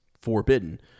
forbidden